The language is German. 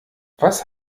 was